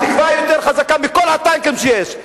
התקווה יותר חזקה מכל הטנקים שיש.